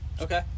Okay